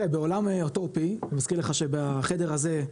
בעולם אוטופי בחדר הזה,